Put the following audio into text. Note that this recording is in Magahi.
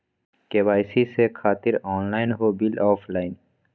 के.वाई.सी से खातिर ऑनलाइन हो बिल ऑफलाइन?